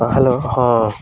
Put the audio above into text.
ହଁ ହାଲୋ ହଁ